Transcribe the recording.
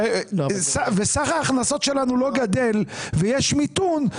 וסך ההכנסות שלנו לא גדל ויש מיתון,